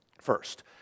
first